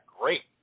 great